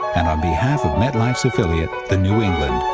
and on behalf of metlife's affiliate, the new england,